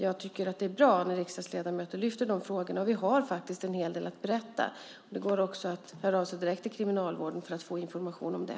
Jag tycker att det är bra att riksdagsledamöter lyfter fram de frågorna. Vi har en hel del att berätta. Det går också att höra av sig direkt till Kriminalvården för att få information om det.